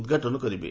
ଉଦ୍ଘାଟନ କରିବେ